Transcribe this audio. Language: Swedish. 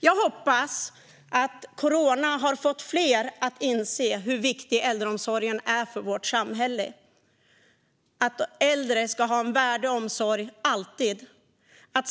Jag hoppas att corona har fått fler att inse hur viktig äldreomsorgen är för vårt samhälle. Äldre ska alltid ha en värdig omsorg.